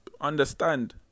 understand